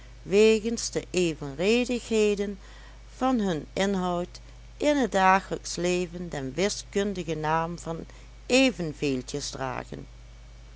wegens de evenredigheden van hun inhoud in het dagelijksch leven den wiskundigen naam van evenveeltjes dragen